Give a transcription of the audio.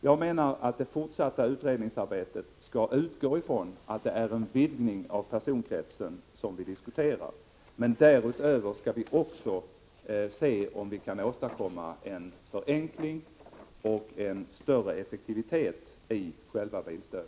Jag menar att det fortsatta utredningsarbetet skall utgå från att det är utvidgning av personkretsen som vi diskuterar. Därutöver skall vi se om vi kan åstadkomma en förenkling och en större effektivitet när det gäller själva bilstödet.